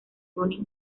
ronnie